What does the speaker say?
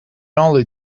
only